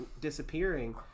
disappearing